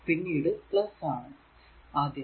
പിന്നീട് ആണ് ആദ്യം